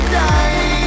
die